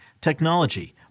technology